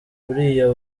uriya